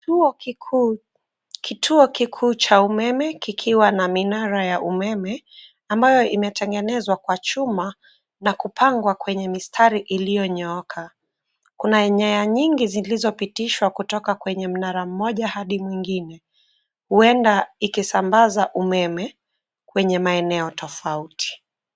Kituo kikuu, kituo kikuu cha umeme, kikiwa na minara ya umeme, ambayo imetengenezwa kwa chuma, na kupangwa kwa mistari iliyonyooka. Kuna nyaya nyingi zilizopitishwa kutoka mara mmoja hadi mwingine, huenda ikisambaza umeme kwenye maeneo tofauti.